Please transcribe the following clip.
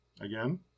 again